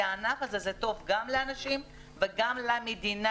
כי הוא טוב גם לאנשים וגם למדינה.